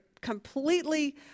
completely